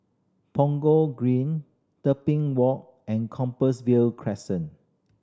Punggol Green Tebing Walk and Compassvale Crescent